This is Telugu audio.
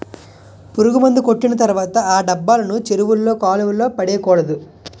పురుగుమందు కొట్టిన తర్వాత ఆ డబ్బాలను చెరువుల్లో కాలువల్లో పడేకూడదు